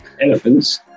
Elephants